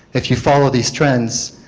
if you follow these trends